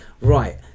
right